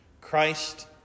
Christ